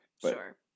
sure